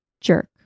jerk